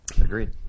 Agreed